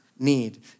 need